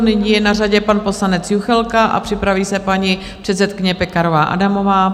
Nyní je na řadě pan poslanec Juchelka a připraví se paní předsedkyně Pekarová Adamová.